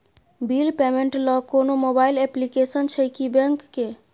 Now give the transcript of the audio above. Bill payment ल कोनो mobile application छै की बैंक के?